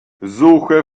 suche